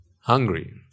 hungry